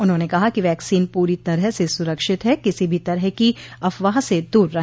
उन्होंने कहा कि वैक्सीन पूरी तरह से सुरक्षित ह किसी भी तरह की अफवाह से दूर रहे